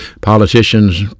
Politicians